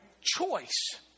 choice